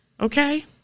Okay